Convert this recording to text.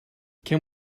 can